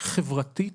חברתית,